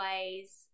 ways